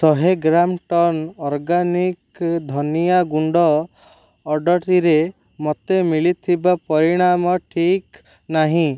ଶହେ ଗ୍ରାମ୍ ଟର୍ନ୍ ଅର୍ଗାନିକ୍ ଧନିଆ ଗୁଣ୍ଡ ଅର୍ଡ଼ର୍ଟିରେ ମୋତେ ମିଳିଥିବା ପରିମାଣ ଠିକ୍ ନାହିଁ